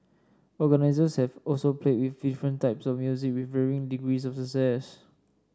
organisers have also played with different types of music with varying degrees of success